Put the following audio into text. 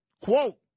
Quote